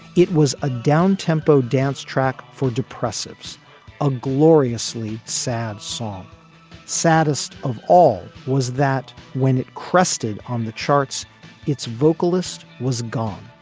it was a down tempo dance track for depressives a gloriously sad song saddest of all was that when it crested on the charts its vocalist was gone.